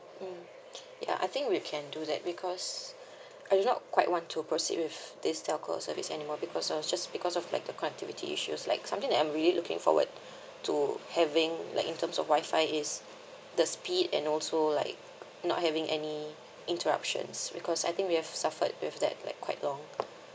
mm ya I think we can do that because I do not quite want to proceed with this telco service anymore because of just because of like the connectivity issues like something that I really looking forward to having like in terms of WI-FI is the speed and also like not having any interruptions because I think we have suffered with that like quite long